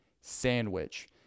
sandwich